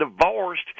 divorced